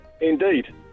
Indeed